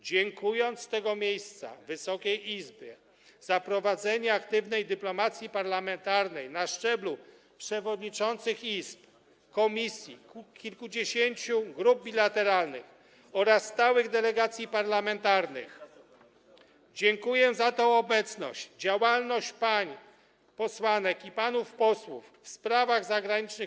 Dziękując z tego miejsca Wysokiej Izbie za prowadzenie aktywnej dyplomacji parlamentarnej na szczeblu przewodniczących Izb, komisji, kilkudziesięciu grup bilateralnych oraz stałych delegacji parlamentarnych, dziękuję za działalność pań posłanek i panów posłów w sprawach zagranicznych.